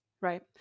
Right